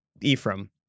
Ephraim